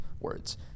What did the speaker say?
words